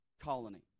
colony